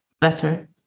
better